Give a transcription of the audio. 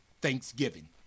thanksgiving